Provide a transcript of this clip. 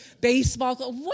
baseball